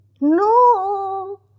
No